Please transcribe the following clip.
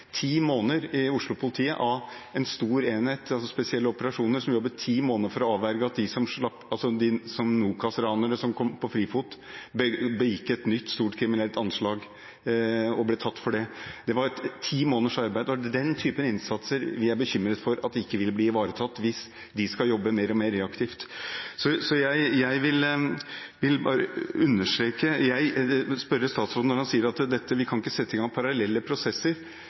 en stor enhet som heter Spesielle operasjoner, brukte ti måneder for å avverge at de NOKAS-ranerne som var på frifot, begitt et nytt, stort kriminelt anslag – og ble tatt for det. Det var ti måneders arbeid. Det er den typen innsats vi er bekymret for at ikke vil bli ivaretatt hvis man skal jobbe mer og mer reaktivt. Så jeg vil spørre statsråden, når han sier at vi ikke skal sette i gang parallelle prosesser,